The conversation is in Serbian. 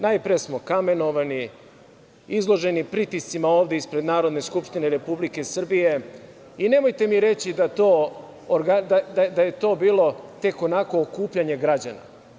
Najpre smo kamenovani, izloženi pritiscima ovde ispred Narodne skupštine Republike Srbije, i nemojte mi reći da je to bilo tek onako okupljanje građana.